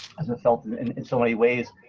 has been felt and and in so many ways.